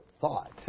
thought